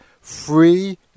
Free